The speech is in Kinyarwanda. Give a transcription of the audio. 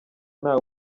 nta